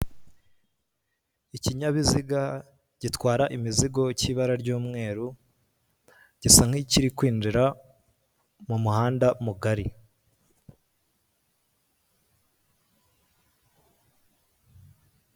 Ikinyabiziga gitwara imizigo k'ibara ry'umweru gisa n'ikiri kwinjira mu muhanda mugari.